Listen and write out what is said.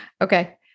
Okay